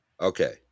Okay